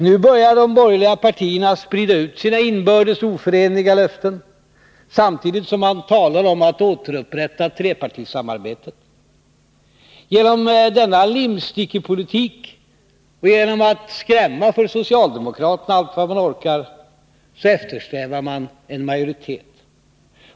Nu börjar de borgerliga partierna sprida ut sina inbördes oförenliga löften, samtidigt som man talar om att återupprätta trepartisamarbetet. Genom denna limstickepolitik och genom att allt vad man orkar skrämma för socialdemokraterna, eftersträvar man majoritet.